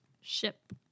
ship